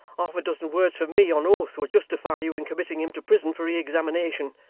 half-a-dozen words from me, on oath, will justify you in committing him to prison for re-examination.